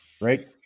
Right